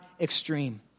extreme